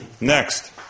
Next